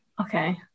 okay